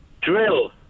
Drill